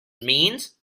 means